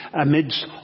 amidst